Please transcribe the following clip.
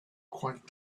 quite